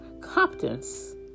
competence